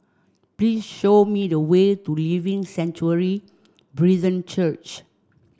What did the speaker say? please show me the way to Living Sanctuary Brethren Church